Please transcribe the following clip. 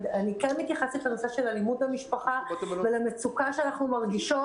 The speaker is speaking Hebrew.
אני מתייחסת לנושא של אלימות במשפחה ולמצוקה שאנחנו מרגישות,